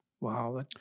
Wow